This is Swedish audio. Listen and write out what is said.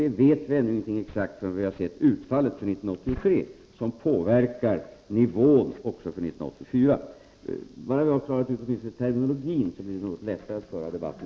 Vi vet inte någonting exakt om detta förrän vi har utfallet för 1983, som påverkar nivån också för 1984. Om vi åtminstone kan reda ut terminologin, så blir det något lättare att föra debatten.